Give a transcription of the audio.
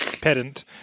Pedant